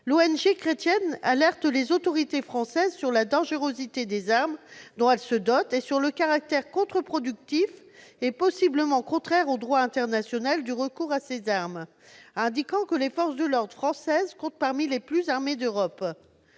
L'ONG chrétienne alerte les autorités françaises sur la dangerosité des armes dont elles se dotent et sur le caractère contre-productif et possiblement contraire au droit international du recours à ces armes, indiquant que les forces de l'ordre françaises comptent parmi les plus armées d'Europe.